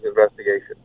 investigation